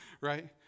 Right